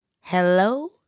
Hello